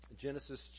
Genesis